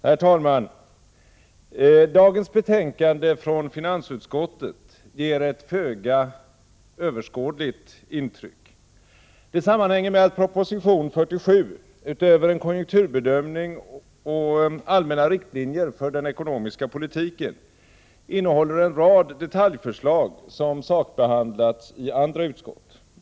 Herr talman! Dagens betänkande från finansutskottet ger ett föga överskådligt intryck. Det sammanhänger med att proposition 47, utöver en konjunkturbedömning och allmänna riktlinjer för den ekonomiska politiken, innehåller en rad detaljförslag, som sakbehandlats i andra utskott.